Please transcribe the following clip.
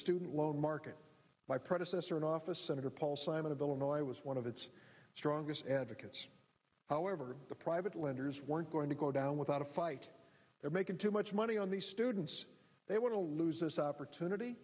student loan market my predecessor in office senator paul simon of illinois was one of its strongest advocates however the private lenders weren't going to go down without a fight they're making too much money on these students they want to lose this opportunity